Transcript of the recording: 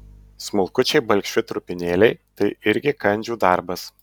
smulkučiai balkšvi trupinėliai tai irgi kandžių darbas